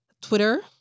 Twitter